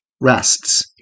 rests